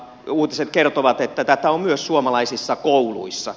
uutiset kertovat että tätä on myös suomalaisissa kouluissa